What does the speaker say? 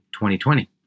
2020